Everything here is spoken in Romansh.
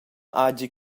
hagi